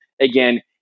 Again